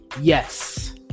Yes